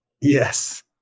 Yes